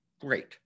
Great